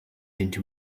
into